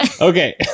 Okay